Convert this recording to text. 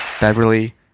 Beverly